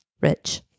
Rich